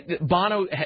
Bono